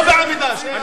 לא בעמידה, שב.